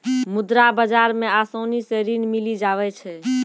मुद्रा बाजार मे आसानी से ऋण मिली जावै छै